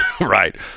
Right